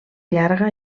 llarga